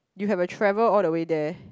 you have to travel all the way there